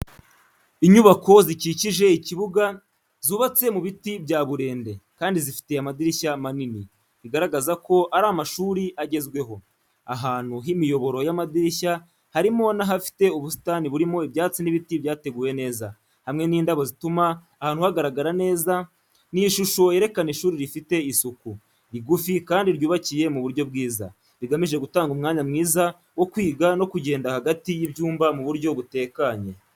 Inyubako zikikije ikibuga zubatse mu biti bya burende kandi zifite amadirishya manini, bigaragaza ko ari amashuri agezweho. Ahantu h’imiyoboro y’amadirishya harimo n’ahafite ubusitani burimo ibyatsi n’ibiti byateguwe neza, hamwe n’indabo zituma ahantu hagaragara neza. Ni ishusho yerekana ishuri rifite isuku, rigufi kandi ryubakiye mu buryo bwiza, bigamije gutanga umwanya mwiza wo kwiga no kugenda hagati y’ibyumba mu buryo butekanye.